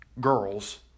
girls